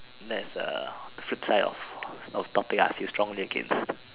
that's uh the flip side of of topic ah I feel strongly against